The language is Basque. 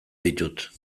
ditut